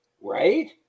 Right